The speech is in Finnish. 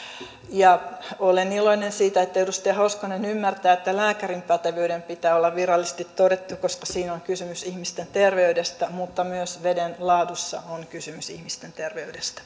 olen iloinen siitä että edustaja hoskonen ymmärtää että lääkärin pätevyyden pitää olla virallisesti todettu koska siinä on kysymys ihmisten terveydestä mutta myös veden laadussa on kysymys ihmisten terveydestä